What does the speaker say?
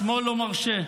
השמאל לא מרשה,